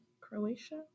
Croatia